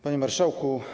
Panie Marszałku!